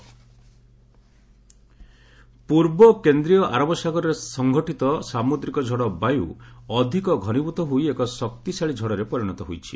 cyclone ବାୟୁ ପୂର୍ବ କେନ୍ଦୀୟ ଆରବ ସାଗରରେ ସଂଘଠିତ ସାମୁଦ୍ରିକ ଝଡ଼ ବାୟୁ ଅଧିକ ଘନିଭ୍ତ ହୋଇ ଏକ ଶକ୍ତିଶାଳୀ ଝଡ଼ରେ ପରିଣତ ହୋଇଛି